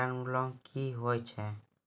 Term loan कि होय छै?